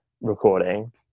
recording